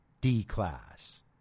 D-class